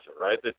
right